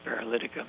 paralytica